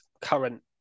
current